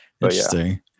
Interesting